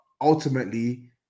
ultimately